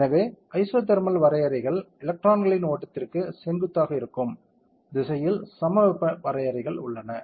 எனவே ஐசோதர்மல் வரையறைகள் எலக்ட்ரான்களின் ஓட்டத்திற்கு செங்குத்தாக இருக்கும் திசையில் சமவெப்ப வரையறைகள் உள்ளன